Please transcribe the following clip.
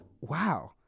wow